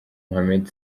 mohamed